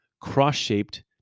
cross-shaped